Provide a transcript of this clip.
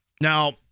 Now